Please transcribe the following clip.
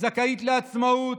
זכאית לעצמאות.